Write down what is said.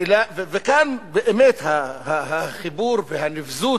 וכאן באמת החיבור והנבזות,